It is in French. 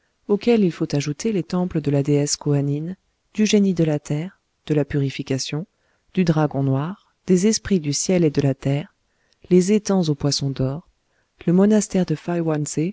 auxquels il faut ajouter les temples de la déesse koanine du génie de la terre de la purification du dragon noir des esprits du ciel et de la terre les étangs aux poissons d'or le monastère de